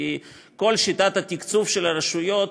כי כל שיטת התקצוב של הרשויות